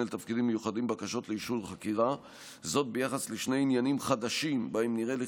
לתפקידים מיוחדים בקשות לאישור חקירה ביחס לשני עניינים חדשים שבהם נראה,